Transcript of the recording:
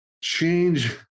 change